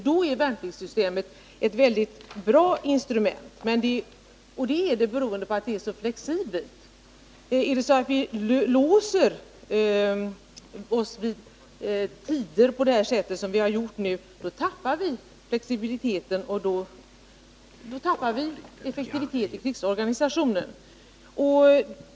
Då är värnpliktssystemet ett väldigt bra instrument, beroende på att det är så flexibelt. Men om vi låser oss vid tider på det sätt som vi har gjort nu tappar vi flexibiliteten, och då förlorar vi effektivitet i krigsorganisationen.